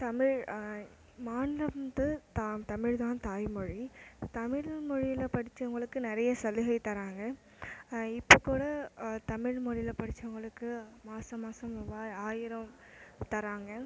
தமிழ் மாநிலத்து தன் தமிழ் தான் தாய்மொழி தமிழ் மொழியில படிச்சவங்களுக்கு நிறையா சலுகை தராங்க இப்போ கூட தமிழ் மொழியில படிச்சவங்களுக்கு மாதம் மாதம் ரூபாய் ஆயிரம் தராங்க